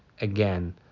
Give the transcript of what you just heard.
again